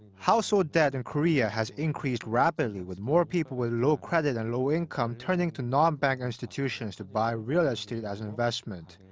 household debt in korea has increased rapidly. with more people with low credit and low income turning to non-bank institutions to buy real estate as an investment.